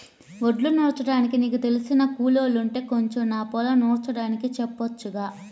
వడ్లు నూర్చడానికి నీకు తెలిసిన కూలోల్లుంటే కొంచెం నా పొలం నూర్చడానికి చెప్పొచ్చుగా